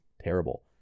terrible